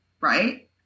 right